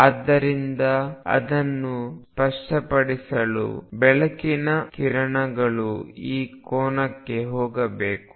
ಆದ್ದರಿಂದ ಅದನ್ನು ಸ್ಪಷ್ಟಪಡಿಸಲು ಬೆಳಕಿನ ಕಿರಣಗಳು ಈ ಕೋನಕ್ಕೆ ಹೋಗಬೇಕು